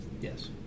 Yes